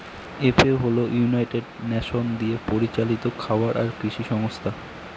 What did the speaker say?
FAO হল united nation দিয়ে পরিচালিত খাবার আর কৃষি সংস্থা